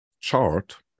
chart